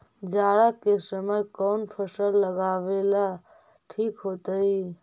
जाड़ा के समय कौन फसल लगावेला ठिक होतइ?